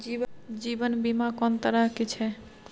जीवन बीमा कोन तरह के छै?